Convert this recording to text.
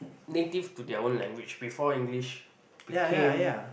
native to their own language before English became